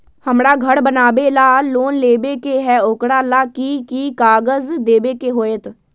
हमरा घर बनाबे ला लोन लेबे के है, ओकरा ला कि कि काग़ज देबे के होयत?